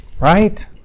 Right